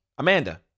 Amanda